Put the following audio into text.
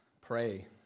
pray